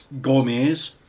Gourmets